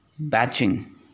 batching